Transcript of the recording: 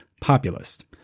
populist